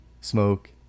smoke